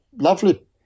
lovely